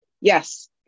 Yes